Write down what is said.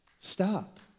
Stop